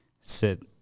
sit